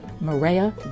Maria